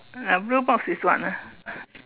that blue box is what ah